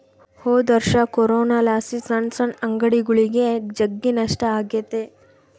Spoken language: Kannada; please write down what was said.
ಹೊದೊರ್ಷ ಕೊರೋನಲಾಸಿ ಸಣ್ ಸಣ್ ಅಂಗಡಿಗುಳಿಗೆ ಜಗ್ಗಿ ನಷ್ಟ ಆಗೆತೆ